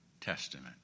Testament